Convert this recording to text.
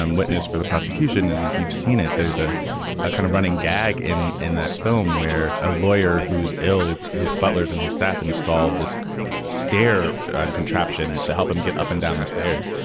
um witness for the prosecution. and and if you've seen it, there's ah a kind of running gag in in that film where a lawyer who's ill. his butlers and his staff install this stair contraption to help him get up and down the stairs.